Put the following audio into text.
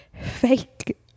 Fake